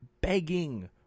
begging